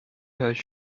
has